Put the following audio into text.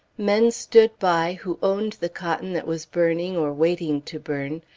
men stood by who owned the cotton that was burning or waiting to burn.